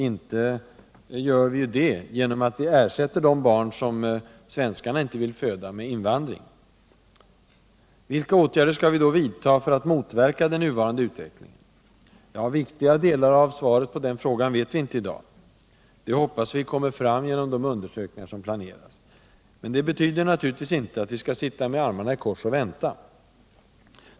Inte gör vi det genom att vi ersätter de barn som svenskarna inte vill föda med invandring. Vilka åtgärder skall vi då vidta för att motverka den nuvarande utvecklingen? Ja, viktiga delar av svaret på den frågan vet vi inte i dag — det hoppas vi kommer fram genom de undersökningar som planeras. Men det betyder naturligtvis inte att vi skall sitta med armarna i kors och vänta.